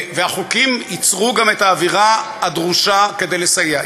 והחוקים ייצרו גם את האווירה הדרושה כדי לסייע.